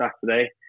Saturday